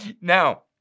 Now